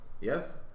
Yes